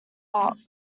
out